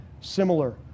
similar